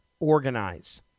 organize